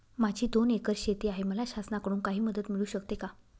माझी दोन एकर शेती आहे, मला शासनाकडून काही मदत मिळू शकते का?